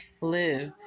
live